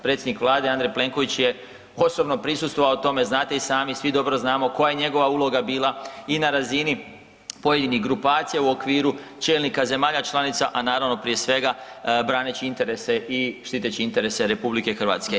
Predsjednik vlade Andrej Plenković je osobno prisustvovao tome, znate i sami, svi dobro znamo koja je njegova uloga bila i na razini pojedinih grupacija u okviru čelnika zemalja članica, a naravno prije svega braneći interese i štiteći interese RH.